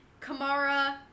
Kamara